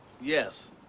Yes